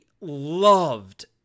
loved